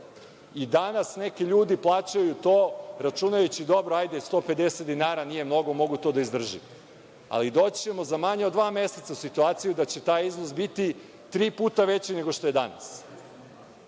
i danas neki ljudi plaćaju to računajući, dobro, hajde, 150 dinara nije mnogo, mogu to da izdržim. Ali, doći ćemo za manje od dva meseca u situaciju da će taj iznos biti tri puta veći nego što je danas.